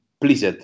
pleased